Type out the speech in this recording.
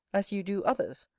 as you do others,